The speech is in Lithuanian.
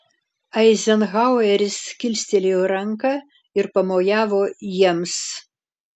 eizenhaueris kilstelėjo ranką ir pamojavo jiems